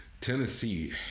Tennessee